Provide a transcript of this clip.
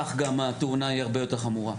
כך גם התאונה היא הרבה יותר חמורה.